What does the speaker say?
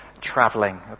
traveling